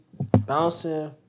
bouncing